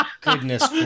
Goodness